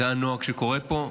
זה הנוהג שקורה פה.